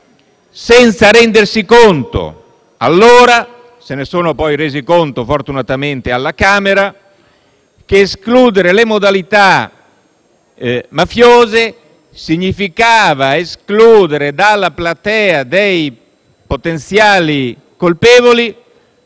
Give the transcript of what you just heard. senza rendersi conto allora - ma se ne sono resi conto poi, fortunatamente, alla Camera dei deputati - che escludere le modalità mafiose significava escludere dalla platea dei potenziali colpevoli